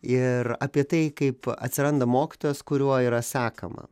ir apie tai kaip atsiranda mokytojas kuriuo yra sekama